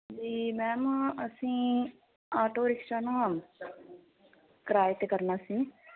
ਜੀ ਮੈਮ ਅਸੀਂ auto rickshaw ਨਾ ਕਿਰਾਏ 'ਤੇ ਕਰਨਾ ਸੀ